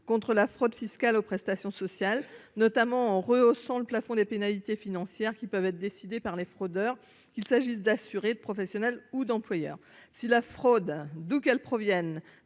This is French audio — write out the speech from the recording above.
contre la fraude fiscale aux prestations sociales, notamment en rehaussant le plafond des pénalités financières qui peuvent être décidées par les fraudeurs qu'il s'agisse d'assurer de professionnels ou d'employeurs, si la fraude d'où qu'elle provienne